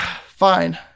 Fine